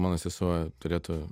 mano sesuo turėtų